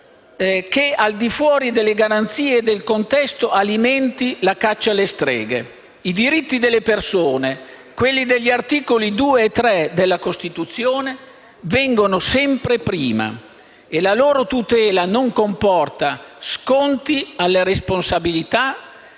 che al di fuori delle garanzie del contesto alimenti la caccia alle streghe. I diritti delle persone, quelli degli articoli 2 e 3 della Costituzione, vengono sempre prima e la loro tutela non comporta sconti alle responsabilità